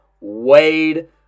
wade